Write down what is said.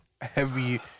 heavy